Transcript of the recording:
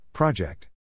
Project